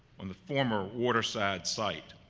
on the former waterside sight.